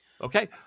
Okay